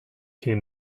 came